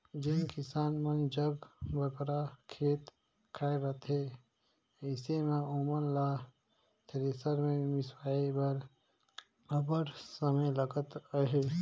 जेन किसान मन जग बगरा खेत खाएर रहथे अइसे मे ओमन ल थेरेसर मे मिसवाए बर अब्बड़ समे लगत अहे